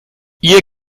ihr